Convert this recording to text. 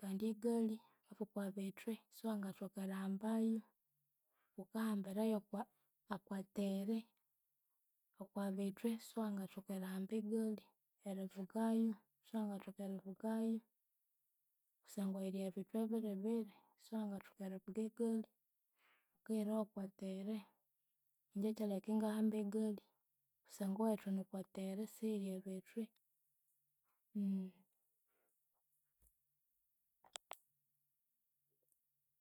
kandi egali okwabithwe siwangathoka erihambayu. Wukahambira yokwa okwa tere, okwabithwe siwangathoka erihamba egali erivugayu siwangathoka erivugayu. Kusangwa yiri ebithwa biri siwangathoka erivuga egali, wukighira yokwa tere. Ingye kyaleka ingahamba egali kusangwa ewethu enu okwatere siyiri ebithwe.